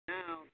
now